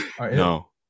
No